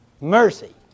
mercy